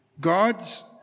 God's